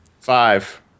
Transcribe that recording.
Five